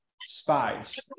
spies